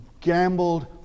gambled